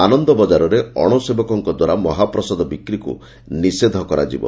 ଆନନ୍ଦ ବଜାରାରେ ଅଣସେବକଙ୍କ ଦ୍ୱାରା ମହାପ୍ରସାଦ ବିକ୍ରିକୁ ନିଷେଧ କରାଯିବ